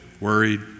worried